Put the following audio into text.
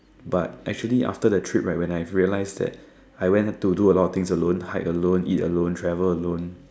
but actually after the trip right when I have realized that I went to do a lot of things alone hike alone eat alone travel alone